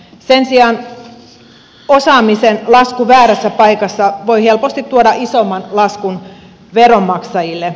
sen sijaan osaamisen lasku väärässä paikassa voi helposti tuoda isomman laskun veronmaksajille